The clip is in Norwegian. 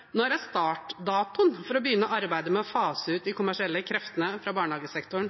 er derfor: Når er startdatoen for å begynne arbeidet med å fase ut de kommersielle kreftene fra barnehagesektoren?